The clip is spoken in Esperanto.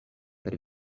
per